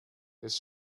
his